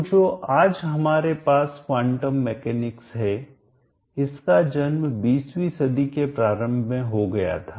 तो जो आज हमारे पास क्वांटम मैकेनिक्स है इसका जन्म बीसवीं सदी के प्रारंभ में हो गया था